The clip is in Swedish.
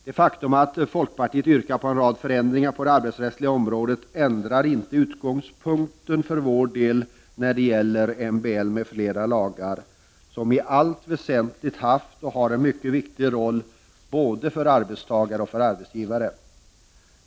Det faktum att folkpartiet yrkar på en rad förändringar på det arbetsrättsliga området ändrar för vår del inte utgångspunkten när det gäller MBL m.fl. lagar, som i allt väsentligt haft och har en mycket viktig roll både för arbetstagare och för arbetsgivare.